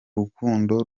rukundo